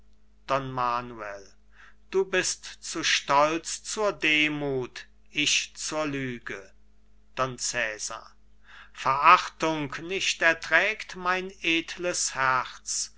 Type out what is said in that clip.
don manuel du bist zu stolz zur demuth ich zur lüge don cesar verachtung nicht erträgt mein edles herz